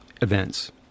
events